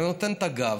ואני נותן את הגב.